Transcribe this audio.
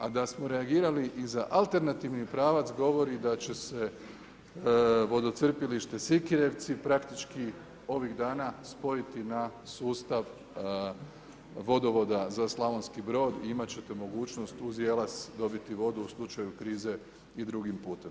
A da smo reagirali i za alternativni pravac govori da će se vodocrpilište Sikirevci praktički ovih dana spojiti na sustav vodovoda za Slavonski Brod i imati ćete mogućnost uz Jelas dobiti vodu u slučaju krize i drugim putem.